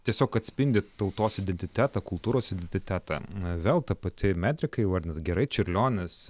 tiesiog atspindi tautos identitetą kultūros identitetą vėl ta pati metrika vardinti gerai čiurlionis